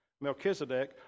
Melchizedek